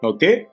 Okay